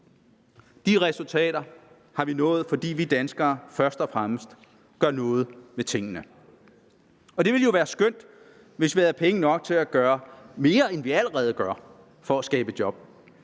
De resultater har vi nået, fordi vi danskere først og fremmest gør noget ved tingene. Det ville jo være skønt, hvis vi havde penge nok til at gøre mere, end vi allerede gør, for at skabe job.